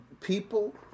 People